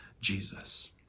Jesus